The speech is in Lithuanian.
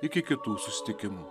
iki kitų susitikimų